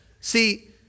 See